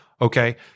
Okay